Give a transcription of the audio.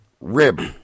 rib